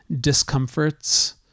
discomforts